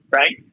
right